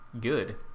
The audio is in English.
good